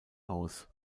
aus